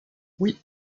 oui